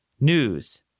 News